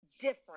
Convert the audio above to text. different